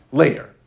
later